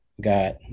got